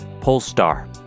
Polestar